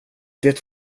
det